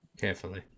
Carefully